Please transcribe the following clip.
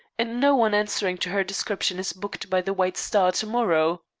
and no one answering to her description is booked by the white star to-morrow.